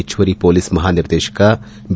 ಹೆಚ್ಚುವರಿ ಪೊಲೀಸ್ ಮಹಾನಿರ್ದೇಶಕ ಬಿ